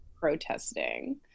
protesting